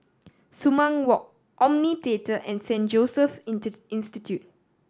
Sumang Walk Omni Theatre and Saint Joseph's Institute